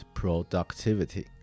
productivity